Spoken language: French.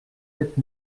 sept